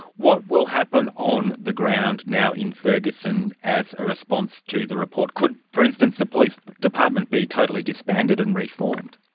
what will happen on the ground now in ferguson as a response to the report? could, for instance the police department be totally disbanded and reformed?